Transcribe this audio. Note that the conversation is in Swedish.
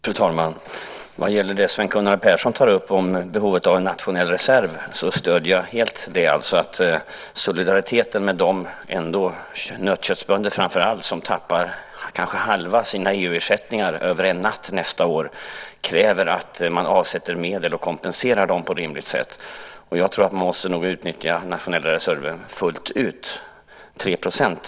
Fru talman! Jag stöder helt det Sven Gunnar Persson tar upp om behovet av en nationell reserv. Solidariteten med framför allt de nötköttsbönder som tappar kanske halva sina EU-ersättningar över en natt nästa år kräver att man avsätter medel och kompenserar dem på rimligt sätt. Jag tror att man måste utnyttja den nationella reserven fullt ut, 3 %.